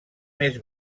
més